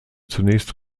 zunächst